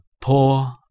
poor